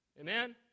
amen